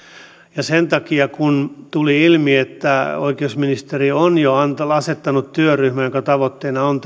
ja sen takia kun tuli ilmi että oikeusministeri on jo asettanut työryhmän jonka tavoitteena on